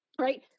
right